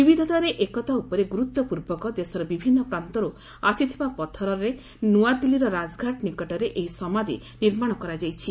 ବିବିଧତାରେ ଏକତା ଉପରେ ଗୁରୁତ୍ୱ ପୂର୍ବକ ଦେଶର ବିଭିନ୍ନ ପାନ୍ତରୁ ଆସିଥିବା ପଥରରେ ନୂଆଦିଲ୍ଲୀର ରାଜଘାଟ ନିକଟରେ ଏହି ସମାଧି ନିର୍ମାଣ କରାଯାଇଛି